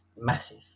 massive